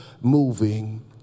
moving